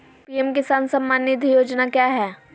PM Kisan Samman Nidhi योजना क्या है?